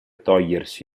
togliersi